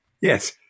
Yes